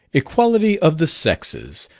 equality of the sexes.